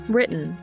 Written